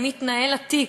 אם יתנהל התיק,